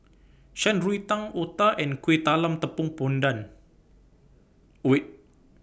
Shan Rui Tang Otah and Kuih Talam Tepong Pandan